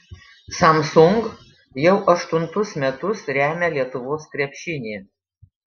samsung jau aštuntus metus remia lietuvos krepšinį